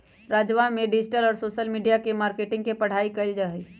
राजवा ने डिजिटल और सोशल मीडिया मार्केटिंग के पढ़ाई कईले है